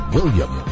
William